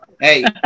Hey